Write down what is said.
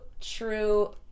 true